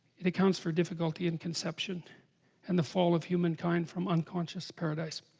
it accounts for difficulty in conception and the fall of humankind from unconscious paradise,